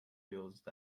used